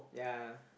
yeah